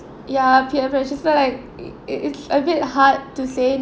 ya peer pressure so like it it's a bit hard to say